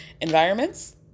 environments